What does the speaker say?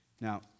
Now